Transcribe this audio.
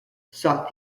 sought